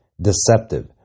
deceptive